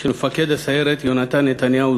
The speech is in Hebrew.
של מפקד הסיירת יונתן נתניהו,